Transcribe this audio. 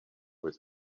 with